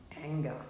anger